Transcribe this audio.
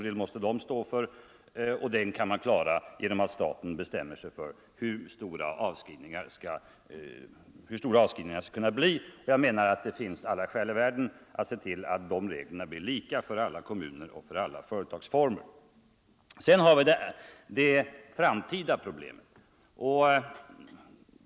Då krävs att staten bestämmer sig för hur stora avskrivningar den skall stå för. Det finns alla skäl i världen att se till, att de reglerna blir lika för alla kommuner och alla företagsformer. Sedan har vi de framtida problemen.